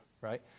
right